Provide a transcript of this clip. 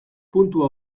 puntu